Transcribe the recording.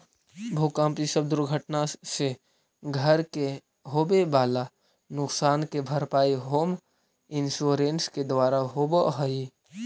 भूकंप इ सब दुर्घटना से घर के होवे वाला नुकसान के भरपाई होम इंश्योरेंस के द्वारा होवऽ हई